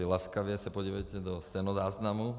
Laskavě se podívejte do stenozáznamu.